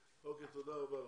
תודה רבה לכם,